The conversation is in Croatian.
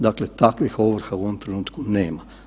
Dakle, takvih ovrha u ovom trenutku nema.